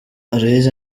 aloys